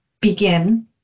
begin